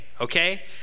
okay